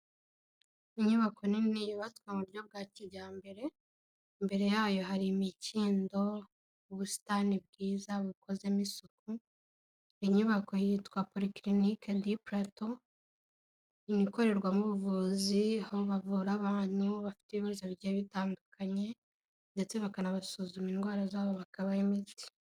Inyubako nini yubatswe mu buryo bwa kijyambere, imbere yayo hari imikindo, ubusitani bwiza bukozemo isuku, iyi nyubako yitwa porikilinike di pulato, ikorerwamo ubuvuzi aho bavura abantu bafite ibibazo bigiye bitandukanye, ndetse bakanasuzuma indwara zabo bakaba imiti.